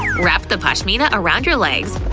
wrap the pashmina around your legs.